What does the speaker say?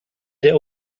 der